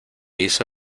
hizo